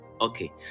okay